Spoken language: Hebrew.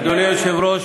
אדוני היושב-ראש,